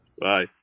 Bye